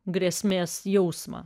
grėsmės jausmą